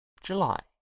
July